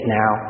now